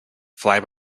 fly